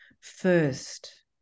first